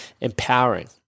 empowering